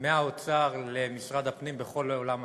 מהאוצר למשרד הפנים בכל עולם התכנון,